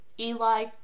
Eli